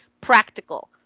practical